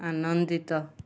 ଆନନ୍ଦିତ